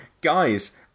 guys